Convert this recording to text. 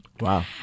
Wow